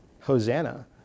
Hosanna